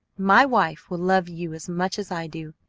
my wife will love you as much as i do!